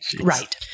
right